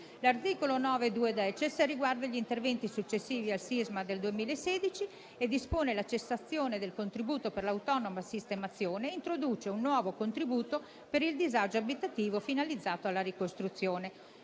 L'articolo 9-*duodecies* riguarda gli interventi successivi al sisma del 2016 e dispone la cessazione del contributo per l'autonoma sistemazione e introduce un nuovo contributo per il disagio abitativo finalizzato alla ricostruzione.